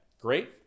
great